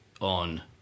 on